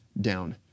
down